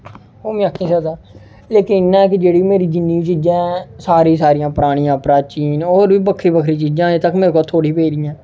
ओह् में आखी नेईं सकदा लेकिन इ'यां कि जेह्ड़ी मेरी जि'न्नी बी चीजां हैन सारी दी सारियां परानियां प्राचीन होर बी बक्खरी बक्खरी चीजां अजें तक मेरे कोल पेदियां न